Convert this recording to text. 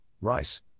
rice